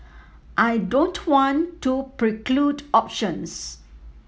I don't want to preclude options